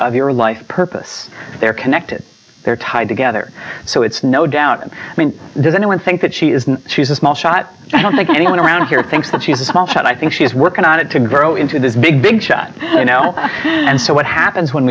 of your life's purpose they're connected they're tied together so it's no doubt does anyone think that she is she's a small shot i don't think anyone around here thinks that she's a small child i think she is working on it to grow into this big big shot you know and so what happens when